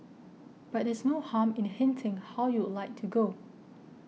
but there's no harm in hinting how you'd like to go